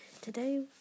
Today